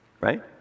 Right